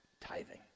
tithing